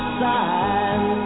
side